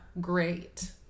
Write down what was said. great